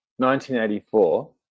1984